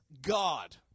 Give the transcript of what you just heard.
God